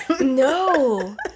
No